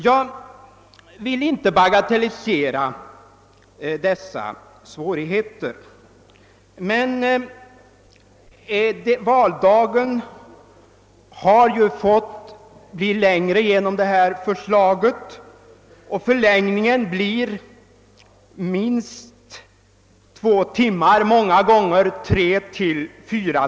Jag vill inte bagatellisera dessa svårigheter, men den totala öppettiden för vallokalerna har blivit längre genom det förslag som framlagts; förlägningen blir minst två timmar, många gånger tre, fyra.